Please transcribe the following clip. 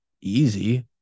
easy